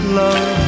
love